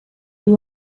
two